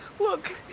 Look